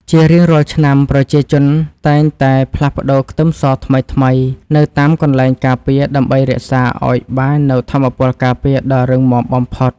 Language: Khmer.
ជារៀងរាល់ឆ្នាំប្រជាជនតែងតែផ្លាស់ប្តូរខ្ទឹមសថ្មីៗនៅតាមកន្លែងការពារដើម្បីរក្សាឱ្យបាននូវថាមពលការពារដ៏រឹងមាំបំផុត។